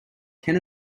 ken